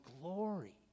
glory